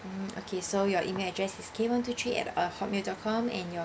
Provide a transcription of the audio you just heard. mm okay so your email address is gamon to three at uh hotmail dot com and your